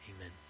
Amen